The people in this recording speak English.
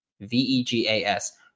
V-E-G-A-S